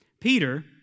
Peter